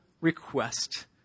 request